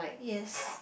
yes